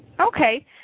Okay